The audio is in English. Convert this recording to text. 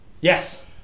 Yes